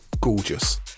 gorgeous